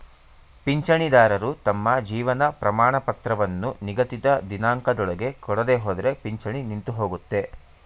ಪಿಂಚಣಿದಾರರು ತಮ್ಮ ಜೀವನ ಪ್ರಮಾಣಪತ್ರವನ್ನು ನಿಗದಿತ ದಿನಾಂಕದೊಳಗೆ ಕೊಡದೆಹೋದ್ರೆ ಪಿಂಚಣಿ ನಿಂತುಹೋಗುತ್ತೆ